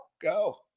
Go